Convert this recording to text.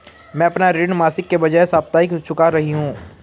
मैं अपना ऋण मासिक के बजाय साप्ताहिक चुका रही हूँ